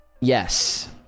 Yes